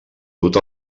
dut